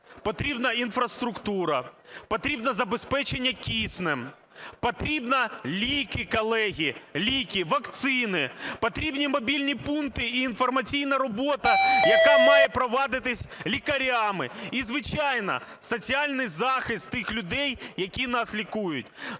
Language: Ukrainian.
потрібна інфраструктура, потрібне забезпечення киснем, потрібні ліки, колеги, ліки, вакцини. Потрібні мобільні пункти і інформаційна робота, яка має провадитись лікарями. І, звичайно, соціальний захист тих людей, які нас лікують,